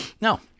No